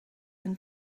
een